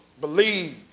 believe